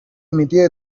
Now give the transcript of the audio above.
emitido